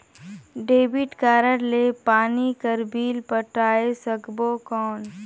Debit card ले पानी कर बिल पटाय सकबो कौन?